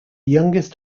youngest